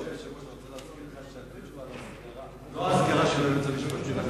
אדוני היושב-ראש, לא, של היועץ המשפטי.